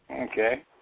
Okay